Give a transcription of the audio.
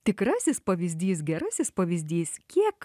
tikrasis pavyzdys gerasis pavyzdys kiek